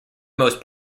most